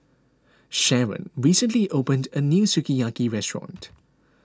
Sharon recently opened a new Sukiyaki restaurant